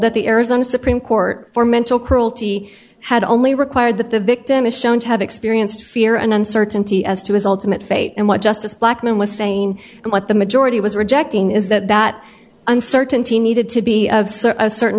that the arizona supreme court for mental cruelty had only required that the victim is shown to have experienced fear and uncertainty as to his ultimate fate and what justice blackmun was saying and what the majority was rejecting is that that uncertainty needed to be of such a certain